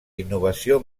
innovació